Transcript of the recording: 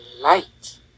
light